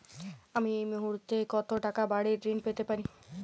আমি এই মুহূর্তে কত টাকা বাড়ীর ঋণ পেতে পারি?